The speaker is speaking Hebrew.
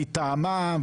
ומטעמן,